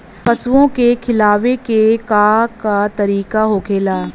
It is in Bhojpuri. पशुओं के खिलावे के का तरीका होखेला?